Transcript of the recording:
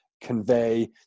convey